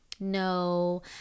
No